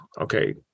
okay